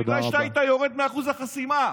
בגלל שאתה היית יורד מאחוז החסימה.